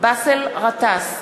באסל גטאס,